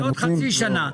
כן, בעוד חצי שנה.